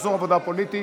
סכסוך עבודה פוליטי),